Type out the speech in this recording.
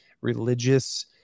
religious